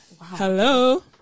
Hello